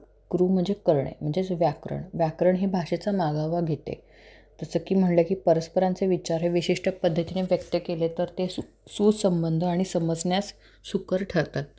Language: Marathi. कृ म्हणजे करणे म्हणजेच व्याकरण व्याकरण हे भाषेचा मागोवा घेते तसं की म्हणलं की परस्परांचे विचार हे विशिष्ट पद्धतीने व्यक्त केले तर ते सु सुसंबंध आणि समजण्यास सुकर ठरतात